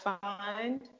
find